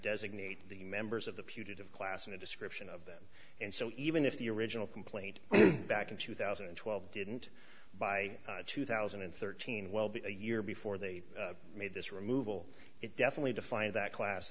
designate the members of the putative class and a description of them and so even if the original complaint back in two thousand and twelve didn't by two thousand and thirteen well be a year before they made this removal it definitely defined that class